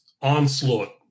onslaught